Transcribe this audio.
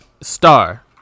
Star